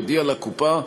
יודיע לקופה,